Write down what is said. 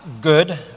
good